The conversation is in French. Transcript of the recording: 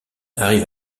arrive